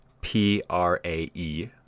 P-R-A-E